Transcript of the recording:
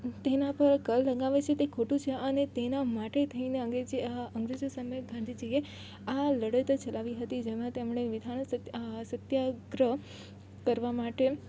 તેના પર કર લગાવે છે તે ખોટું છે અને તેના માટે થઈને અંગ્રેજે અંગ્રેજો સામે ગાંધીજીએ આ લડત ચલાવી હતી જેમાં તેમણે મીઠાનો સત્ય આ સત્યાગ્રહ કરવા માટે